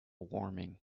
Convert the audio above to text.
warming